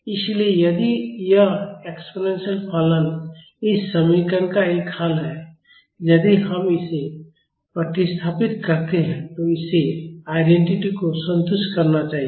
इसलिए यदि यह एक्स्पोनेन्शल फलन इस समीकरण का एक हल है यदि हम इसे इसमें प्रतिस्थापित करते हैं तो इसे आइडेन्टिटी को संतुष्ट करना चाहिए